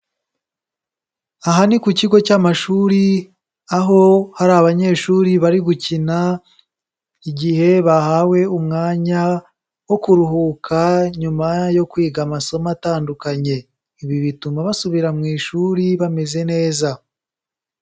Aha ni ku kigo cy'amashuri, aho hari abanyeshuri bari gukina igihe bahawe umwanya wo kuruhuka nyuma yo kwiga amasomo atandukanye, ibi bituma basubira mu ishuri bameze neza.